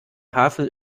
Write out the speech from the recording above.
havel